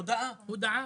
הודעה.